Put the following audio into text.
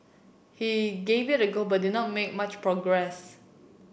he gave it a go but did not make much progress